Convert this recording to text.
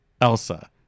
Elsa